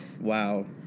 Wow